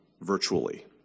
virtually